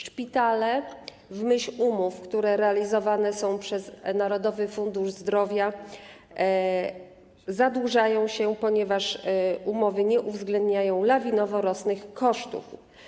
Szpitale, w myśl umów, które realizowane są przez Narodowy Fundusz Zdrowia, zadłużają się, ponieważ umowy nie uwzględniają lawinowo rosnących kosztów.